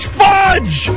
fudge